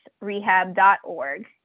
rehab.org